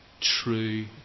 true